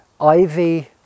Ivy